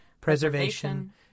preservation